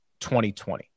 2020